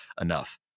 enough